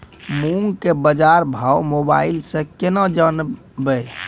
मूंग के बाजार भाव मोबाइल से के ना जान ब?